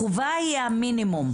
החובה היא המינימום.